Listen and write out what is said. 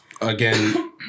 again